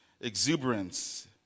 exuberance